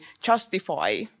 justify